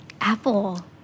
Apple